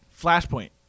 Flashpoint